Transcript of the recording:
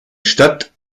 stadt